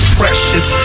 precious